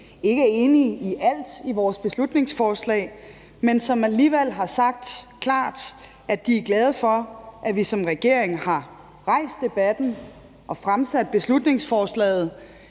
ikke er enige i alt i vores beslutningsforslag, men som alligevel har sagt klart, at de er glade for, at vi som regering har rejst debatten og fremsat beslutningsforslaget.